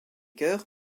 cœur